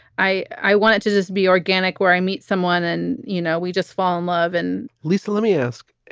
i i wanted to just be organic where i meet someone and, you know, we just fall in love and lisa, let me ask,